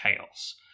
chaos